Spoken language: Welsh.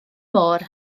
môr